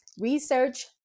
Research